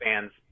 fans